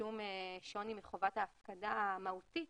שום שוני מחובת ההפקדה המהותית